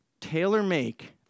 tailor-make